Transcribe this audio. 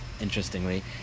interestingly